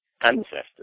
ancestors